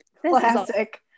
classic